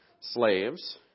slaves